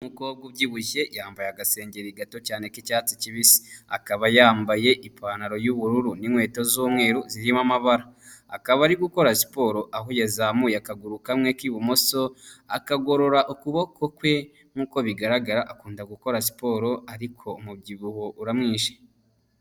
Umukobwa ubyibushye yambaye agasengengeri gato cyane k'icyatsi kibisi, akaba yambaye ipantaro y'ubururu n'inkweto z'umweru zirimo amabara, akaba ari gukora siporo aho yazamuye akaguru kamwe k'ibumoso, akagorora ukuboko kwe nkuko bigaragara, akunda gukora siporo ariko umubyibuho uramwishe.